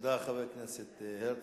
תודה רבה לחבר הכנסת יצחק הרצוג.